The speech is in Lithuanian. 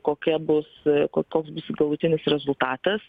kokia bus ko koks bus galutinis rezultatas